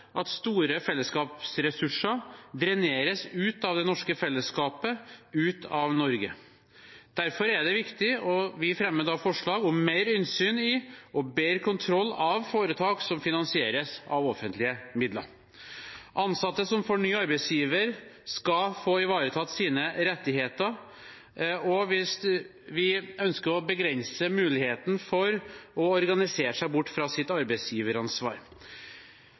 at store fellesskapsressurser dreneres ut av det norske fellesskapet, ut av Norge. Derfor er det viktig med – og vi fremmer da forslag om det – mer innsyn i og bedre kontroll av foretak som finansieres av offentlige midler. Ansatte som får ny arbeidsgiver, skal få ivaretatt sine rettigheter, og vi ønsker å begrense muligheten for å organisere seg bort fra sitt arbeidsgiveransvar.